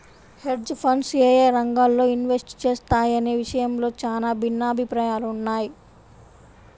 hedge funds యేయే రంగాల్లో invest చేస్తాయనే విషయంలో చానా భిన్నాభిప్రాయాలున్నయ్